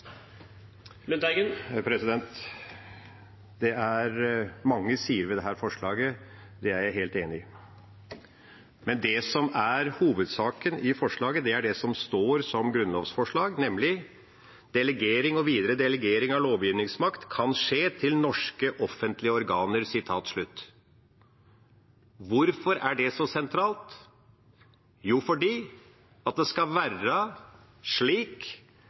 mange sider ved dette forslaget, det er jeg helt enig i. Men det som er hovedsaken i forslaget, er det som står i det, nemlig: «Delegering og videre delegering av lovgivningsmakt kan skje til norske offentlige organer.» Hvorfor er det så sentralt? Jo, fordi det